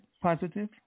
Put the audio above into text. positive